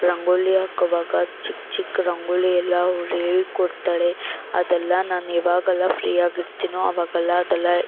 ರಂಗೋಲಿ ಹಾಕುವಾಗ ಚಿಕ್ಕ ಚಿಕ್ಕ ರಂಗೋಲಿ ಎಲ್ಲ ಅವ್ರು ಹೇಳ್ಕೊಡ್ತಾಳೆ ಅದೆಲ್ಲ ನಾನು ಯಾವಾಗೆಲ್ಲ ಫ್ರೀಯಾಗಿರ್ತಿನೋ ಅವಾಗೆಲ್ಲ ಅದೆಲ್ಲ